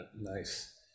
Nice